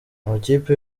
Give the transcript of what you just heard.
amakipe